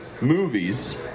movies